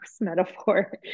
metaphor